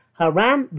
haram